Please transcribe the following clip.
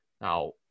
Now